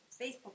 Facebook